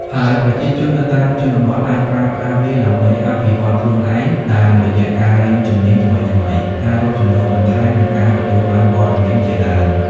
ហើយប្រជាជននៅតាមជនបទអាចប្រើប្រាស់វាដើម្បីអភិវឌ្ឍខ្លួនឯង តាមរយៈការរៀនជំនាញថ្មីៗ ការរកចំណូលបន្ថែម និងការទទួលបានព័ត៌មានជាដើម។